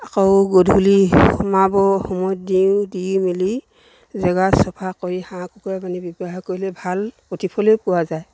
আকৌ গধূলি সোমাব দিওঁ দি মেলি জেগা চফা কৰি হাঁহ কুকুৰা পানী ব্যৱহাৰ কৰিলে ভাল প্ৰতিফলেই পোৱা যায়